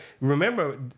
Remember